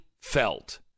felt